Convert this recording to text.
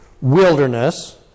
wilderness